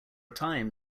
time